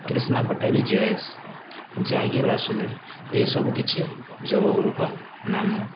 କ୍ରିଷ୍ଣା ପଟାଭି ଜଏସ୍ ଜାଗି ବାସୁଦେବ ଏସବୁ କିଛି ଯୋଗ ଗୁରୁଙ୍କ ନାମ